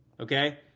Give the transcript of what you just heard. Okay